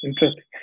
interesting